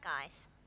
guys